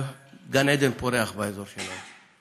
גן עדן פורח באזור שלנו.